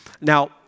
now